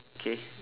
K